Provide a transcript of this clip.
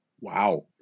wow